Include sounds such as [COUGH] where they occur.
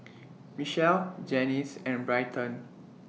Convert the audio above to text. [NOISE] Michelle Janyce and Bryton